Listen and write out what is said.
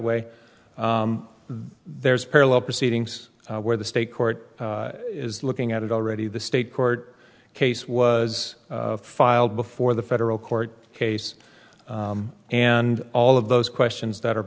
way there's parallel proceedings where the state court is looking at it already the state court case was filed before the federal court case and all of those questions that are